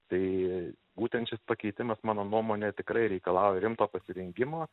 tai būtent šis pakeitimas mano nuomone tikrai reikalauja rimto pasirengimo